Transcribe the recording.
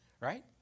Right